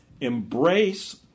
Embrace